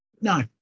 No